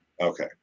okay